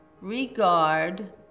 regard